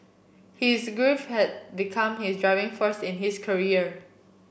he is grief had become his driving force in his career